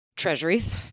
treasuries